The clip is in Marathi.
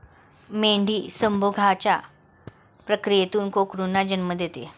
मेंढी संभोगाच्या प्रक्रियेतून कोकरूंना जन्म देते